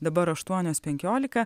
dabar aštuonios penkiolika